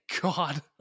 god